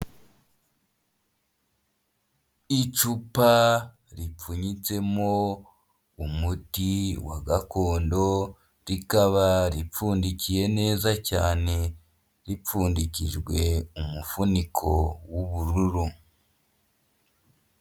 Icupa ripfunyitsemo umuti wa gakondo, rikaba ripfundikiye neza cyane. Ripfundikijwe umufuniko w'ubururu.